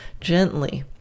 gently